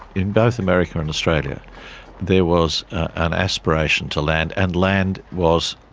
in both america and australia there was an aspiration to land and land was,